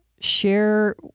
share